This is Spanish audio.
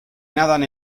nadan